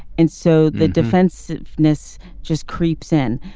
and so the defensiveness just creeps in.